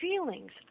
feelings